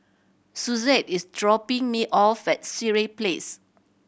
Suzette is dropping me off at Sireh Place